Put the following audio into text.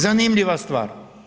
Zanimljiva stvar.